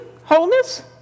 wholeness